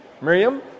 Miriam